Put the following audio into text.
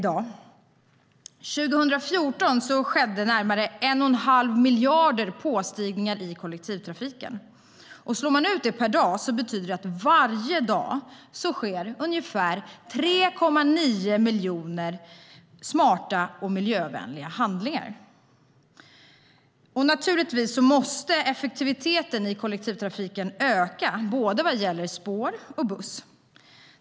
År 2014 skedde närmare 1 1⁄2 miljard påstigningar i kollektivtrafiken. Slår man ut det per dag betyder det att varje dag sker ungefär 3,9 miljoner smarta och miljövänliga handlingar. Naturligtvis måste effektiviteten i kollektivtrafiken öka, både vad gäller spår och buss.